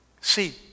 See